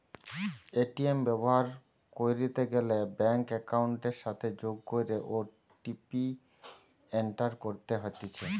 ATM ব্যবহার কইরিতে গ্যালে ব্যাঙ্ক একাউন্টের সাথে যোগ কইরে ও.টি.পি এন্টার করতে হতিছে